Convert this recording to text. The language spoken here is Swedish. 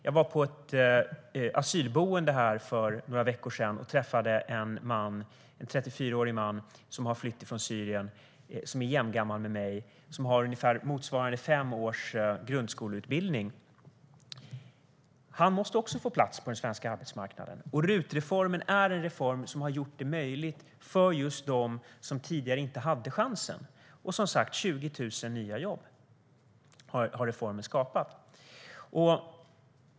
Jag var på ett asylboende för några veckor sedan. Där träffade jag en 34-årig man, jämngammal med mig, som har flytt från Syrien och som har ungefär motsvarande fem års grundskoleutbildning. Han måste också få plats på den svenska arbetsmarknaden. RUT-reformen är en reform som har gjort det möjligt för just dem som tidigare inte hade chansen. Och, som sagt, 20 000 nya jobb har reformen skapat.